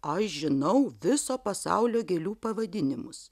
aš žinau viso pasaulio gėlių pavadinimus